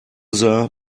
sah